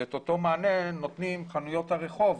ואת אותו מענה נותנים חנויות הרחוב,